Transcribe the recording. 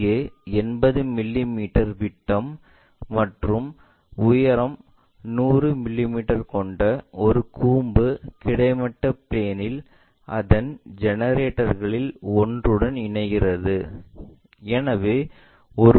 இங்கே 80 மிமீ விட்டம் மற்றும் உயரம் 100 மிமீ கொண்ட ஒரு கூம்பு கிடைமட்ட பிளேன்இல் அதன் ஜெனரேட்டர்களில் ஒன்றுடன் இருக்கிறது